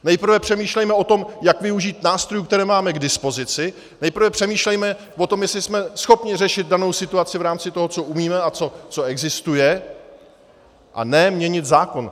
Nejprve přemýšlejme o tom, jak využít nástrojů, které máme k dispozici, nejprve přemýšlejme o tom, jestli jsme schopni řešit danou situaci v rámci toho, co umíme a co existuje, a ne měnit zákon.